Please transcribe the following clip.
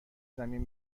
زمین